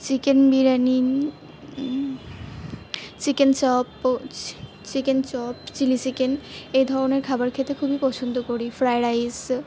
chicken biryani chicken chop ও chicken chop chilli chicken এ ধরনের খাবার খেতে খুবই পছন্দ করি ফ্রাইড রাইস